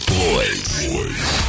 boys